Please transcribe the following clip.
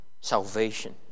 salvation